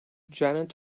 janet